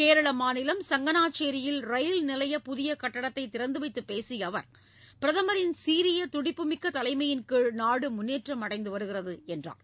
கேரள மாநிலம் சங்கனாச்சேரியில் ரயில் நிலையப் புதிய கட்டடத்தை திறந்துவைத்துப் பேசிய அவர் பிரதமரின் சீரிய துடிப்புமிக்க தலைமையின் கீழ் நாடு முன்னேற்றம் அடைந்து வருகிறது என்றார்